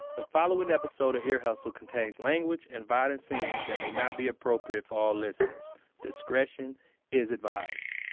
the following episode of ear hustle contains language and violence scenes that may not be appropriate for all listeners discretion is advised.